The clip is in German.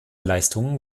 leistungen